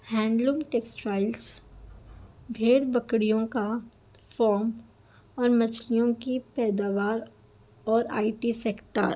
hand loom textiles بھیڑ بکریوں کا فام اور مچھلیوں کی پیداوار اور آئی ٹی سیکٹر